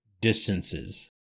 distances